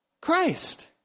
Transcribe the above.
Christ